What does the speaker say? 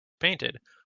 painted